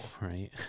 right